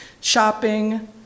shopping